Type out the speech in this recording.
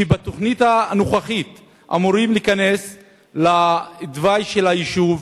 שבתוכנית הנוכחית אמורים להיכנס לתוואי של היישוב,